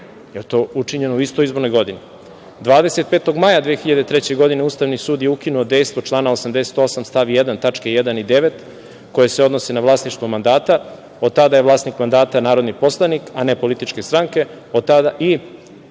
je to učinjeno u istoj izbornoj godini? Zatim, 25. maja 2003. godine, Ustavni sud je ukinuo dejstvo člana 88. stav 1. tačka 1) i 9) koje se odnose na vlasništvo mandata, od tada je vlasnik mandata narodni poslanik, a ne političke stranke i tada